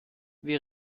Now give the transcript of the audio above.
wir